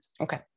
Okay